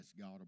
God